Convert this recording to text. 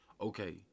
okay